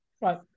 right